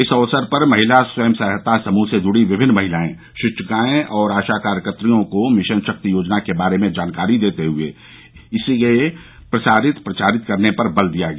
इस अवसर पर महिला स्वयं सहायता समूह से जुड़ी विभिन्न महिलायें शिक्षिकाये और आशा कार्यकत्रियों को मिशन शक्ति योजना के बारे में जानकारी देते हुए इसके प्रसारित प्रचारित करने पर बल दिया गया